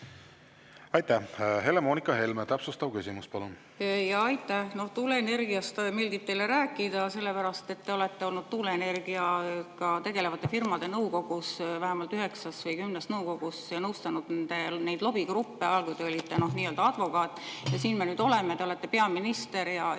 Aitäh! Helle-Moonika Helme, täpsustav küsimus, palun! Aitäh! Tuuleenergiast meeldib teile rääkida sellepärast, et te olete olnud tuuleenergiaga tegelevate firmade nõukogus, vähemalt üheksas või kümnes nõukogus, ja nõustanud neid lobigruppe ajal, kui te olite nii-öelda advokaat. Ja siin me nüüd oleme, te olete peaminister ja